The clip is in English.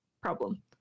problem